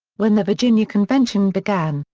when the virginia convention began,